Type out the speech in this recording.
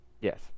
Yes